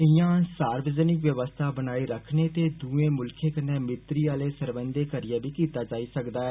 इयां सार्वजनिक व्यवस्था बनाई रक्खने ते दुए मुल्खे कन्नै मित्ररी आले सरबंधै करियै बी कीता जाई सकदाऐ